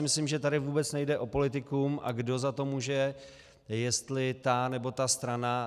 Myslím, že tady vůbec nejde o politikum, a kdo za to může, jestli ta, nebo ta strana.